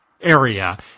area